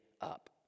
up